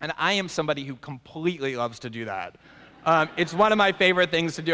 and i am somebody who completely loves to do that it's one of my favorite things to do